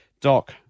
Doc